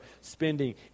spending